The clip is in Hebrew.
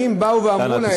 אלא האם באו ואמרו להם.